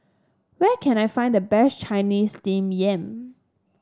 where can I find the best Chinese Steamed Yam